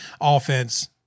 offense